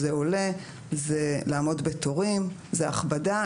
זה עולה, זה לעמוד בתורים, זה הכבדה.